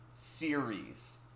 series